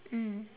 mm